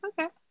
okay